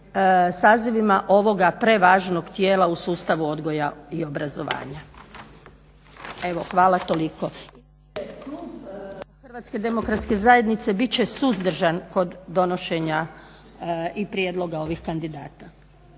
sazivima ovoga prevažnog tijela u sustavu odgoja i obrazovanja. Evo, hvala toliko. Inače klub Hrvatske demokratske zajednice bit će suzdržan kod donošenja i prijedloga ovih kandidata.